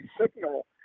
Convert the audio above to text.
signal